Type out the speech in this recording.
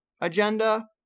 agenda